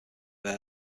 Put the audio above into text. air